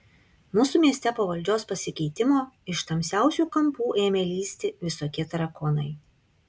mūsų mieste po valdžios pasikeitimo iš tamsiausių kampų ėmė lįsti visokie tarakonai